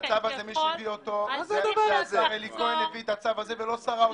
השר אלי כהן הביא את הצו הזה, לא שר האוצר.